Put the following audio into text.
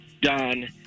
done